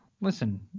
Listen